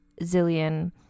zillion